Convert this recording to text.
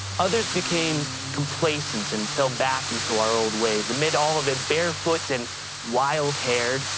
others became complacent and fell back into our old ways. amid all of it, barefoot and wild-haired,